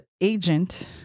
agent